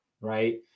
right